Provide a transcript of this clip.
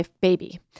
baby